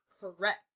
correct